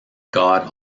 god